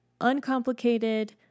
uncomplicated